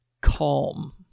calm